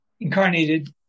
incarnated